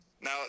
Now